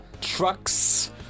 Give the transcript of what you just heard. Trucks